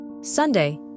Sunday